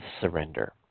surrender